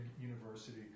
university